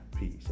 peace